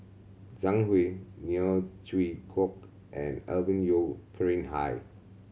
Zhang Hui Neo Chwee Kok and Alvin Yeo Khirn Hai